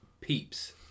peeps